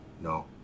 no